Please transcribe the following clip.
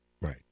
Right